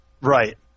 Right